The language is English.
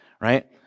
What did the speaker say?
Right